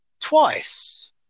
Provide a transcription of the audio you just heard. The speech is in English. twice